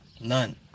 None